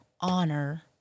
honor